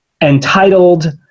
entitled